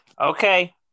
Okay